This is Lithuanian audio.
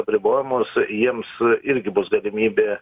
apribojimus jiems irgi bus galimybė